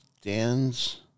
stands